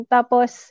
Tapos